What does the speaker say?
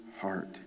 heart